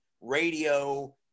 radio